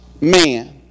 man